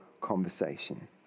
conversation